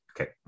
okay